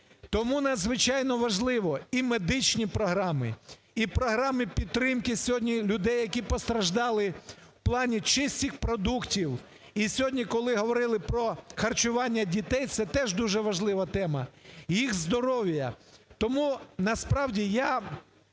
Тому надзвичайно важливо і медичні програми, і програми підтримки сьогодні людей, які постраждали в плані чистих продуктів. І сьогодні коли говорили про харчування дітей, це теж дуже важлива тема, і їх здоров'я. Тому насправді я